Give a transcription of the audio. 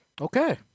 okay